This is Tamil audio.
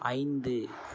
ஐந்து